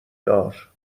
دار